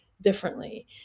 differently